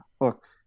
look